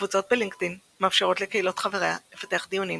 הקבוצות בלינקדאין מאפשרות לקהילות חבריה לפתח דיונים,